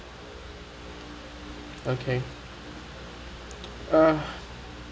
okay uh